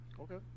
Okay